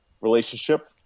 relationship